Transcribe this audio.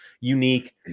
unique